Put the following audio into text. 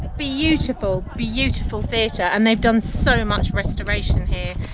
beautiful beautiful theatre, and they've done so much restoration here.